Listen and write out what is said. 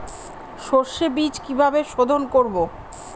সর্ষে বিজ কিভাবে সোধোন করব?